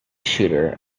shooter